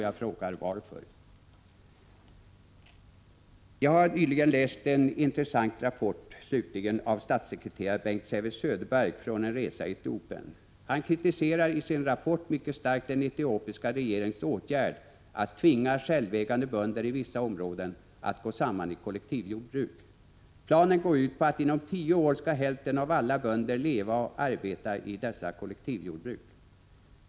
Jag frågar: Varför? Slutligen: Jag har nyligen läst en intressant rapport från en resa i Etiopien av statssekreterare Bengt Säve-Söderberg. Han kritiserar i sin rapport mycket starkt den etiopiska regeringens åtgärd att tvinga självägande bönder i vissa områden att gå samman i kollektivjordbruk. Planen går ut på att hälften av alla bönder inom tio år skall leva och arbeta i kollektivjordbruk.